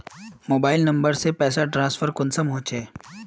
Mobile number से पैसा transfer कुंसम होचे?